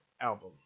album